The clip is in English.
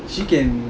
she can